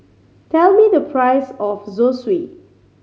tell me the price of Zosui